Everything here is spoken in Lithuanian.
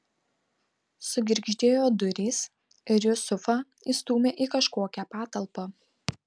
sugirgždėjo durys ir jusufą įstūmė į kažkokią patalpą